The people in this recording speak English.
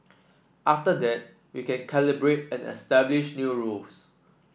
after that we can calibrate and establish new rules